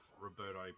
Roberto